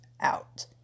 out